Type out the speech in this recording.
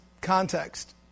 context